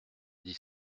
dix